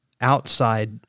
outside